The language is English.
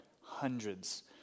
hundreds